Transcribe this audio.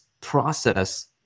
process